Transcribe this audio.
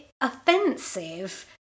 offensive